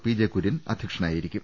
P J Kurian അധ്യക്ഷനായിരിക്കും